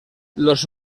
los